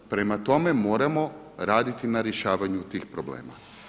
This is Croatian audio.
Prema tome, moramo raditi na rješavanju tih problema.